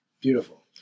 Beautiful